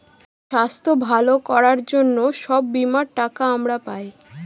স্বাস্থ্য ভালো করার জন্য সব বীমার টাকা আমরা পায়